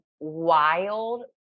Wild